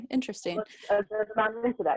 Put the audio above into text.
Interesting